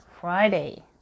Friday